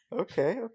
Okay